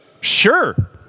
sure